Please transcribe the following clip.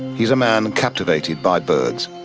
he's a man captivated by birds,